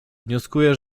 wnioskuję